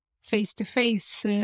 face-to-face